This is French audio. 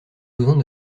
besoins